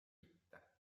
mitte